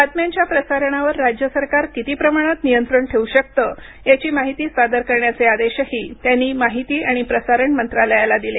बातम्यांच्या प्रसारणावर राज्य सरकार किती प्रमाणात नियंत्रण ठेवू शकते याची माहिती सादर करण्याचे आदेशही त्यांनी माहिती आणि प्रसारण मंत्रालयाला दिले